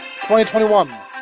2021